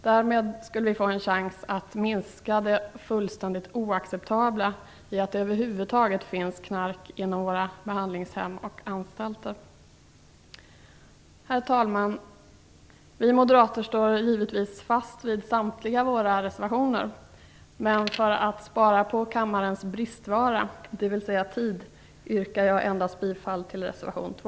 Därmed skulle vi få en chans att minska förekomsten av knark inom våra behandlingshem och anstalter. Att knark över huvud taget förekommer där är fullständigt oacceptabelt. Vi moderater, herr talman, står givetvis fast vid samtliga våra reservationer, men för att spara på kammarens bristvara, dvs. tid, yrkar jag endast bifall till reservation 2.